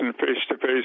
face-to-face